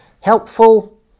helpful